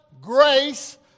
grace